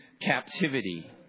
captivity